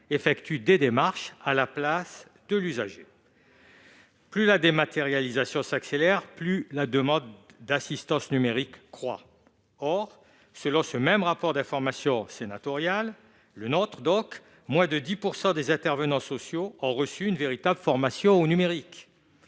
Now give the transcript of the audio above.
dématérialisées à la place des usagers. Plus la dématérialisation s'accélère, plus la demande d'assistance numérique croît. Or, selon ce même rapport d'information sénatorial, moins de 10 % des intervenants sociaux ont reçu une véritable formation au numérique.